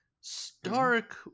Stark